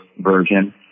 version